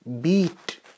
beat